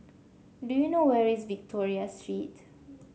do you know where is Victoria Street